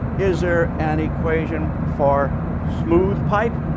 is there an equation for smooth pipe?